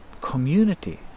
community